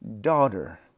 Daughter